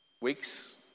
weeks